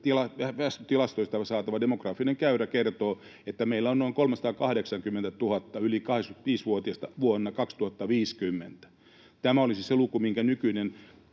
väestötilastoista saatava demografinen käyrä kertoo, että meillä on noin 380 000 yli 85-vuotiasta vuonna 2050. Tämä olisi se luku, minkä nykyinen